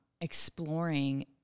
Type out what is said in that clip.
exploring